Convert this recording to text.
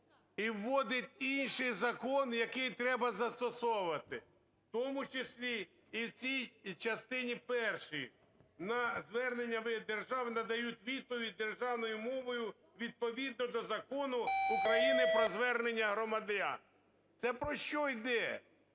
і вводить інший закон, який треба застосовувати, в тому числі і в цій частині першій. На звернення держави… надають відповідь державною мовою відповідно до Закону України "Про звернення громадян". Це про що йде?